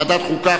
ועדת החוקה,